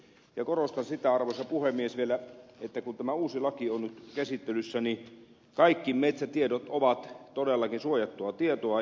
korostan vielä sitä arvoisa puhemies että kun tämä uusi laki on nyt käsittelyssä niin kaikki metsätiedot ovat todellakin suojattua tietoa